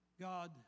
God